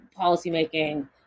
policymaking